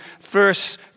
verse